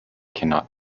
cannot